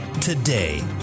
today